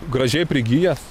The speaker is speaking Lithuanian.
gražiai prigijęs